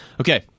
Okay